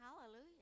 Hallelujah